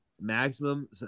Maximum